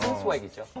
swag is. yeah